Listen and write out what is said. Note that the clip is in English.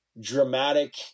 dramatic